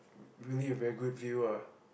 really a very good view ah